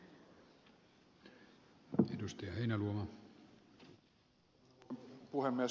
arvoisa puhemies